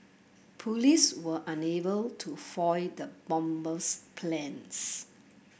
police were unable to foil the bomber's plans